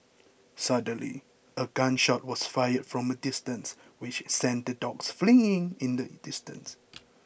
suddenly a gun shot was fired from a distance which sent the dogs fleeing in the distance